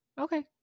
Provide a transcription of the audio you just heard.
Okay